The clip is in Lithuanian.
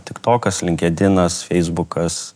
tiktokas linkedinas feisbukas